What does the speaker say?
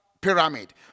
pyramid